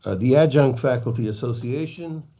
ah the adjunct faculty association,